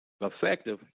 effective